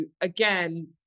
again